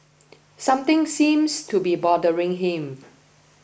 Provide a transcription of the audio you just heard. something seems to be bothering him